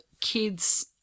kids –